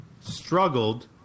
struggled